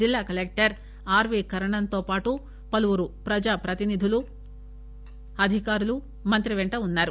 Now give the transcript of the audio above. జిల్లా collector R V Karnan తో పాటు పలవురు ప్రజా ప్రతినిధులు అధికారులు మంత్రి పెంట ఉన్నారు